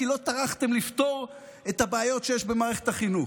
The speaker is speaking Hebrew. כי לא טרחתם לפתור את הבעיות שיש במערכת החינוך.